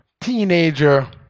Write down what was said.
teenager